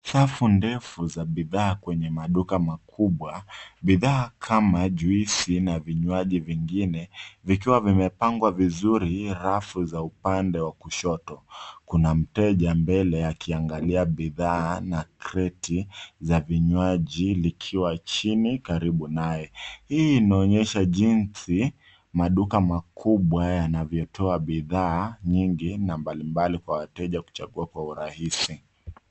Safu ndefu za bidhaa kwenye maduka makubwa. Bidhaa kama juisi na vinywaji vingine vikiwa vimepangwa vizuri rafu za upande wa kushoto. Kuna mteja mbele akiangalia bidhaa na kreti za vinywaji ikiwa chini karibu naye. Hii inaonyesha jinsi maduka makubwa yanavyotoa bidhaa nyingi na mbalimbali kwa wateja kuchagua kwa urahisi.